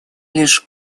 лишь